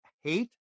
hate